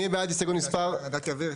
מי בעד הסתייגות מספר --- אני רק אבהיר,